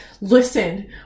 listen